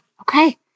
Okay